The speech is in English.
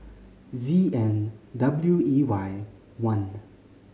Z N W E Y one